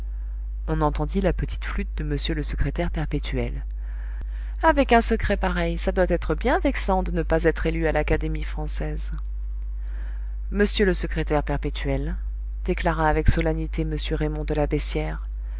on entendit la petite flûte de m le secrétaire perpétuel avec un secret pareil ça doit être bien vexant de ne pas être élu à l'académie française monsieur le secrétaire perpétuel déclara avec solennité m raymond de la beyssière